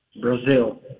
Brazil